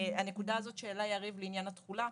הנקודה הזאת שהעלה יריב לעניין התחולה,